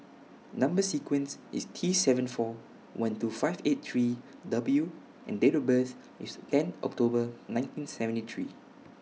Number sequence IS T seven four one two five eight three W and Date of birth IS ten October nineteen seventy three